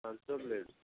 ପାଞ୍ଚ ପ୍ଲେଟ୍ସ